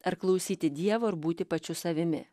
ar klausyti dievo ir būti pačiu savimi